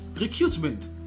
recruitment